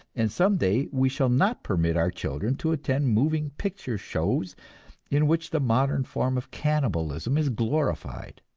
and some day we shall not permit our children to attend moving picture shows in which the modern form of cannibalism is glorified.